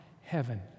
heaven